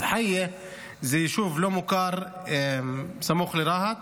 דחייה זה יישוב לא מוכר סמוך לרהט,